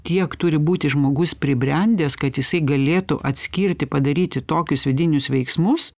kiek turi būti žmogus pribrendęs kad jisai galėtų atskirti padaryti tokius vidinius veiksmus